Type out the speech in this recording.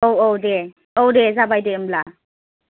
औ औ दे औ दे जाबाय दे होमब्ला